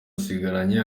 asigaranye